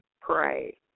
Pray